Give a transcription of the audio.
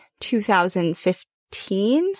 2015